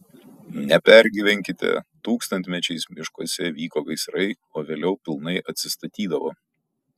nepergyvenkite tūkstantmečiais miškuose vyko gaisrai o vėliau pilnai atsistatydavo